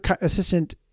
assistant